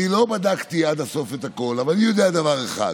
אני לא בדקתי את הכול עד הסוף אבל אני יודע דבר אחד: